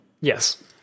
Yes